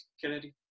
kennedy